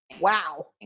Wow